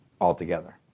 altogether